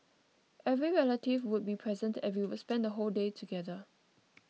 every relative would be present and we would spend the whole day together